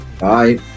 bye